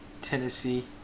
Tennessee